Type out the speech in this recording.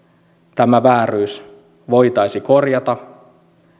tämä vääryys voitaisiin korjata